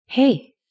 Hey